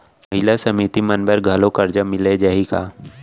महिला समिति मन बर घलो करजा मिले जाही का?